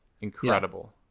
incredible